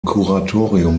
kuratorium